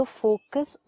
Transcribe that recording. focus